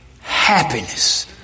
Happiness